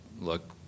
look